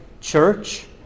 church